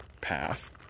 path